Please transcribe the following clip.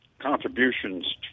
contributions